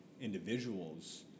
individuals